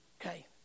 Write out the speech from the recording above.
Okay